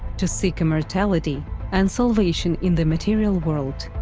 to seek immortality and salvation in the material world.